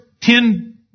ten